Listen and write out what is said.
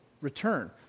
return